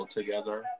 together